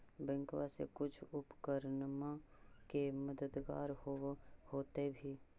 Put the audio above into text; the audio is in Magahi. बैंकबा से कुछ उपकरणमा के मददगार होब होतै भी?